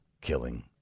killing